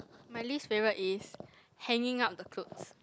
my least favourite is hanging out the clothes